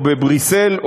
או בבריסל,